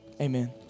Amen